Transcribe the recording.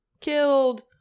killed